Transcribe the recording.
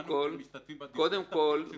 אנחנו משתתפים בדיון --- קודם כול,